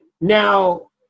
Now